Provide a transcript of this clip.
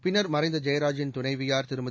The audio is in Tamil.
பின்னர் மறைந்த ஜெயராஜின் துணைவியார் திருமதி